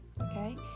okay